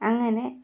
അങ്ങനെ